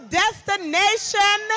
destination